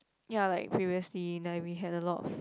ya like previously you know we had a lot of